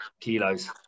kilos